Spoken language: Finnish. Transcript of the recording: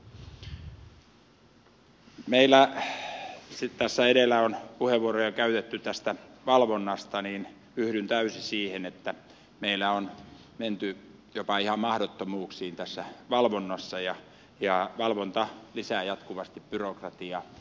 meillä sitten tässä edellä on puheenvuoroja käytetty tästä valvonnasta ja yhdyn täysin siihen että meillä on menty jopa ihan mahdottomuuksiin tässä valvonnassa ja valvonta lisää jatkuvasti byrokratiaa